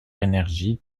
energy